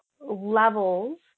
levels